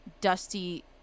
dusty